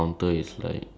that's it only right